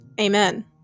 amen